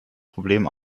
problem